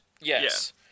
Yes